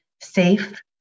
safe